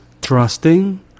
trusting